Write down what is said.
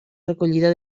recollida